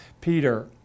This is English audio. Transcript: Peter